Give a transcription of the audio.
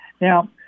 Now